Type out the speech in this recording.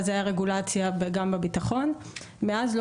אז הייתה רגולציה גם בביטחון מאז לא